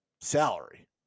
salary